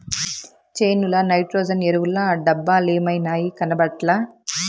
చేనుల నైట్రోజన్ ఎరువుల డబ్బలేమైనాయి, కనబట్లా